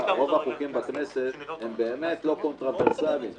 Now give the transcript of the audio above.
החוקים בכנסת הם באמת לא קונטרוברסאליים.